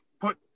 put